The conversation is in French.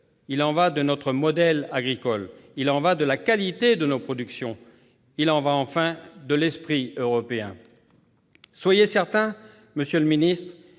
Il y va de notre modèle agricole. Il y va de la qualité de nos productions. Il y va, enfin, de l'esprit européen. Soyez certain, monsieur le ministre,